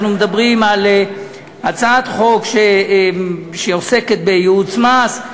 אנחנו מדברים על הצעת חוק שעוסקת בייעוץ מס.